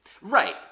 right